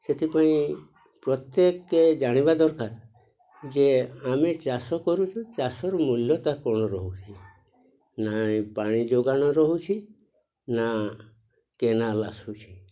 ସେଥିପାଇଁ ପ୍ରତ୍ୟେକ ଜାଣିବା ଦରକାର ଯେ ଆମେ ଚାଷ କରୁଛୁ ଚାଷରୁ ମୂଲ୍ୟତା କ'ଣ ରହୁଛି ନା ପାଣି ଯୋଗାଣ ରହୁଛି ନା କେନାଲ୍ ଆସୁଛି